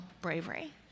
bravery